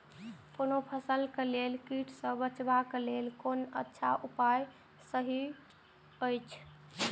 कोनो फसल के लेल कीट सँ बचाव के लेल कोन अच्छा उपाय सहि अछि?